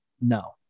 No